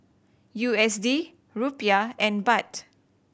U S D Rupiah and Baht